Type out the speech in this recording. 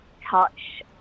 touch